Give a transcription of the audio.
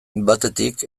batetik